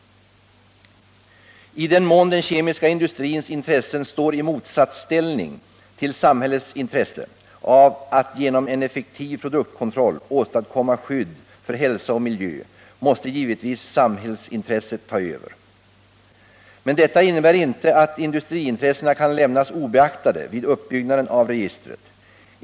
I den mån den kemiska industrins intressen står i motsatsställning till samhällets intresse av att genom en effektiv produktkontroll åstadkomma skydd för hälsa och miljö måste givetvis samhällsintresset ta över. Men detta innebär inte att industriintressena kan lämnas obeaktade vid uppbyggnaden av registret.